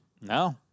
No